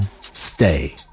Stay